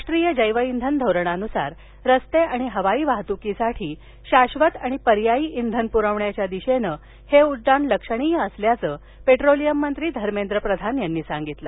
राष्ट्रीय जैवइंधन धोरणानुसार रस्ते आणि हवाई वाहतुकीसाठी शाबत आणि पर्यायी इंधन पुरवण्याच्या दिशेनं हे उड्डाण लक्षणीय असल्याचं पेट्रोलियम मंत्री धर्मेंद्र प्रधान यांनी सांगितलं